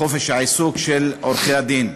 חופש העיסוק של עורכי-הדין.